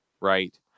Right